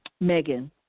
Megan